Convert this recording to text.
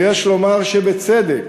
ויש לומר שבצדק.